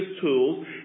tools